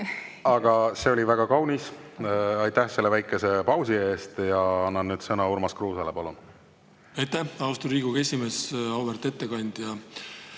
See oli väga kaunis. Aitäh selle väikese pausi eest! Annan nüüd sõna Urmas Kruusele. Palun! Aitäh, austatud Riigikogu esimees! Auväärt ettekandja!